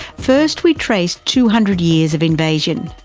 first we traced two hundred years of invasions.